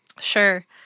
Sure